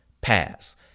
pass